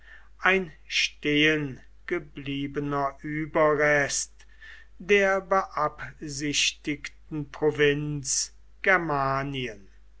ein stehengebliebener überrest der beabsichtigten